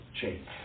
Change